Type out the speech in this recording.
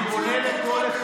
אני פונה לכל,